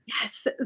Yes